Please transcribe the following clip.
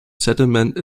settlement